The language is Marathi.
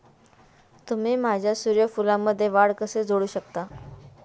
तुम्ही माझ्या सूर्यफूलमध्ये वाढ कसे जोडू शकता?